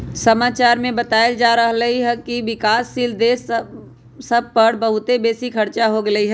समाचार में बतायल जा रहल हइकि विकासशील देश सभ पर बहुते बेशी खरचा हो गेल हइ